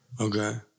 Okay